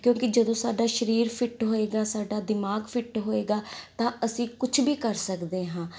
ਕਿਉਂਕਿ ਜਦੋਂ ਸਾਡਾ ਸ਼ਰੀਰ ਫਿੱਟ ਹੋਵੇਗਾ ਸਾਡਾ ਦਿਮਾਗ ਫਿੱਟ ਹੋਵੇਗਾ ਤਾਂ ਅਸੀਂ ਕੁਛ ਵੀ ਕਰ ਸਕਦੇ ਹਾਂ